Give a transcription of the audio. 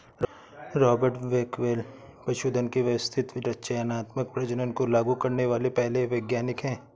Robert Bakewell पशुधन के व्यवस्थित चयनात्मक प्रजनन को लागू करने वाले पहले वैज्ञानिक है